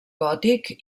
gòtic